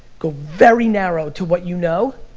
go very narrow to what you know,